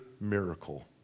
miracle